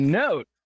note